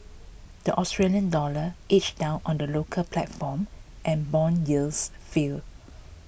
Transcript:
the Australian dollar edged down on the local platform and bond yields fell